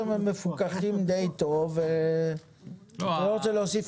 הם מפוקחים די טוב ואני לא רוצה להוסיף